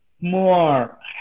More